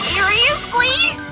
seriously?